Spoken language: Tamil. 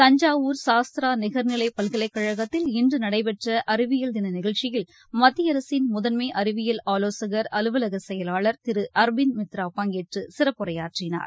தஞ்சாவூர் சாஸ்த்ரா நிகர்நிலை பல்கலைக்கழகத்தில் இன்று நடைபெற்ற அறிவியில் தின நிகழ்ச்சியில் மத்திய அரசின் முதன்மை அறிவியல் ஆலோசகர் அலுவலக செயலாளர் திரு அரபிந்த் மித்ரா பங்கேற்று சிறப்புரையாற்றினார்